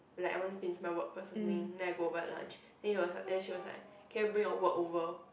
like I want to finish my work first something then I go buy lunch then he was like she was like can you bring your work over